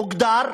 מוגדר,